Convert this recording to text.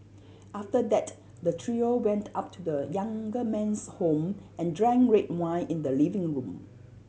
after that the trio went up to the younger man's home and drank red wine in the living room